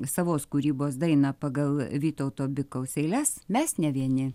savos kūrybos dainą pagal vytauto bikaus eiles mes ne vieni